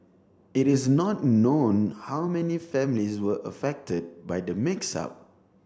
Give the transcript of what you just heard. it is not known how many families were affected by the mix up